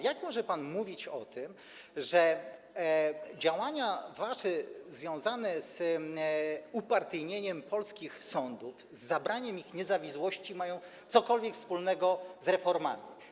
Jak może pan mówić o tym, że wasze działania związane z upartyjnieniem polskich sądów, z zabraniem ich niezawisłości mają cokolwiek wspólnego z reformami?